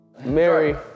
Mary